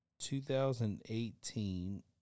2018